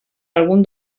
algun